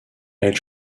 elle